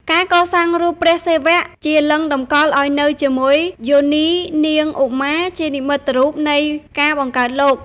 ការកសាងរូបព្រះសិវៈ ជាលិង្គតម្កល់ឱ្យនៅជាមួយយោនីនាងឧមា ជានិមិត្តរូបនៃការបង្កើតលោក។